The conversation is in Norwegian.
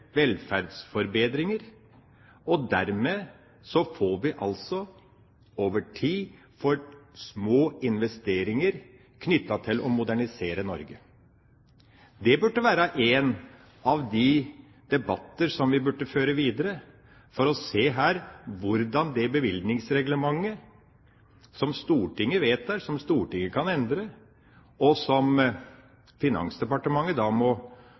Norge. Det burde være en av de debatter vi burde føre videre, for å se hvordan det bevilgningsreglementet som Stortinget vedtar, som Stortinget kan endre, og som Finansdepartementet må